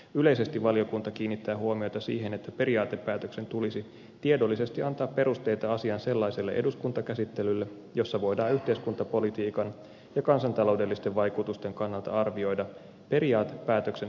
yleisesti valiokunta kiinnittää huomiota siihen että periaatepäätöksen tulisi tiedollisesti antaa perusteita asiaan sellaiselle eduskuntakäsittelylle jossa voidaan yhteiskuntapolitiikan ja kansantaloudellisten vaikutusten kannalta arvioida periaatepäätöksen hyväksymisen vaihtoehtoja